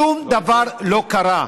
שום דבר לא קרה.